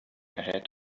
ahead